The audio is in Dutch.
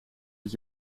dit